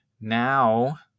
Now